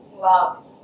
Love